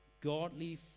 godly